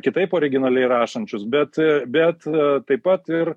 kitaip originaliai rašančius bet bet taip pat ir